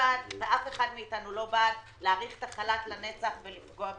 אף אחד מאתנו לא בעד להאריך את החל"ת לנצח ולפגוע בזה,